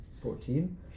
Fourteen